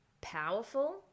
powerful